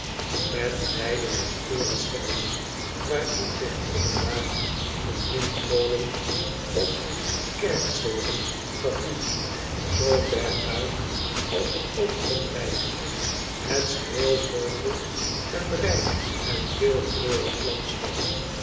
met weiden en korenvelden waarin zich hier en daar een windmolen of kerktoren verhief zoo ver uit als het oog kon reiken het geheel vormde een rijk en veelkleurig landschap